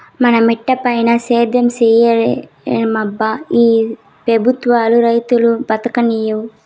మన మిటపైన సేద్యం సేయలేమబ్బా ఈ పెబుత్వాలు రైతును బతుకనీవు